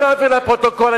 אני לא מעביר לפרוטוקול.